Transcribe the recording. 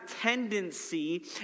tendency